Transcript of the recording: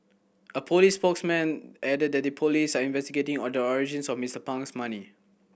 a police spokesman added that the police are investigating on the origins of Mister Pang's money